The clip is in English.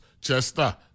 Chester